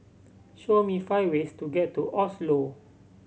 show me five ways to get to Oslo